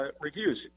reviews